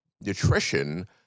nutrition